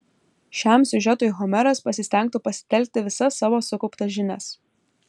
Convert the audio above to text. šiam siužetui homeras pasistengtų pasitelkti visas savo sukauptas žinias